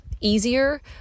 easier